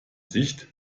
sicht